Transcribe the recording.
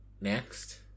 next